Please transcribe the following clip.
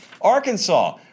Arkansas